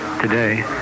today